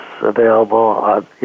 available